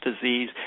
Disease